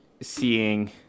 seeing